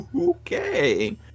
Okay